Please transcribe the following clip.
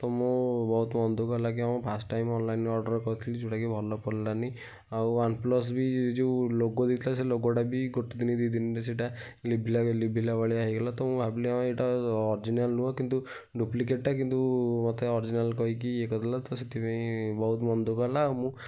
ତ ମୁଁ ବହୁତ ମନ ଦୁଃଖ ହେଲା କି ଫାଷ୍ଟ ଟାଇମ୍ ଅନଲାଇନ୍ରୁ ଅର୍ଡ଼ର୍ କରିଥିଲି ଯେଉଁଟା କି ଭଲ ପଡ଼ିଲାନି ଆଉ ୱାନ୍ ପ୍ଲସ୍ ବି ଯେଉଁ ଲୋଗୋ ଦେଇଥିଲା ସେ ଲୋଗୋ ଟା ବି ଗୋଟେ ଦିନ ଦୁଇ ଦିନରେ ସେଇଟା ଲିଭିଲା ଲିଭିଲା ଭଳିଆ ହେଇଗଲା ତ ମୁଁ ଭାବିଲି ହଁ ଏଇଟା ଅରଜିନାଲ୍ ନୁହଁ କିନ୍ତୁ ଡୁପ୍ଲିକେଟ୍ ଟା କିନ୍ତୁ ମୋତେ ଅରଜିନାଲ୍ କହିକି ଇଏ କରିଦେଲା ତ ସେଥିପାଇଁ ବହୁତ ମନ ଦୁଃଖ ହେଲା ଆଉ ମୁଁ